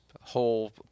whole